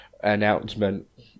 Announcement